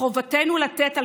ואני יכול להמשיך.